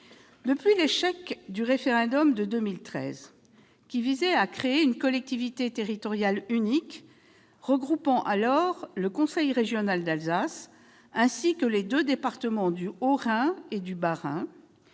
Depuis l'échec du référendum de 2013, qui visait à créer une collectivité territoriale unique regroupant le conseil régional d'Alsace ainsi que les départements du Haut-Rhin et du Bas-Rhin,